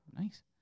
Nice